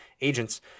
agents